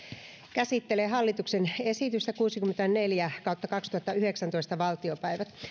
käsittelee hallituksen esitystä kuusikymmentäneljä kautta kaksituhattayhdeksäntoista valtiopäivät